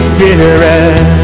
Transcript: Spirit